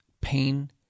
pain